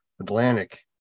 Atlantic